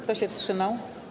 Kto się wstrzymał?